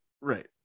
Right